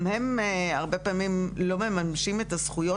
גם הם הרבה פעמים לא מממשים את הזכויות